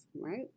right